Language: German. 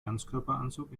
ganzkörperanzug